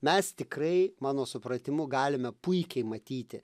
mes tikrai mano supratimu galime puikiai matyti